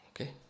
Okay